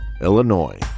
Illinois